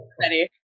Ready